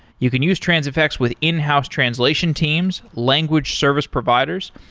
you can use transifex with in-house translation teams, language service providers.